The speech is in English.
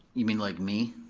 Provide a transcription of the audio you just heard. you mean like me?